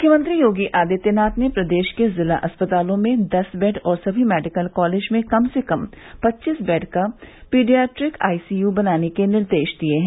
मुख्यमंत्री योगी आदित्यनाथ ने प्रदेश के जिला अस्पतालों में दस बेड और सभी मेडिकल कॉलेज में कम से कम पच्चीस बेड का पीडियाट्रिक आईसीय बनाने के निर्देश दिये हैं